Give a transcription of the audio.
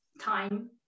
time